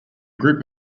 group